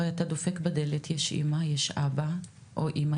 הרי אתה דופק בדלת ויש אמא ויש אבא, או אמא